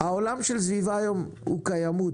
עולם הסביבה היום הוא קיימות,